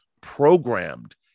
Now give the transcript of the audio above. programmed